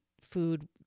food